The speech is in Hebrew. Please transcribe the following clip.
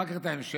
אחר כך את ההמשך.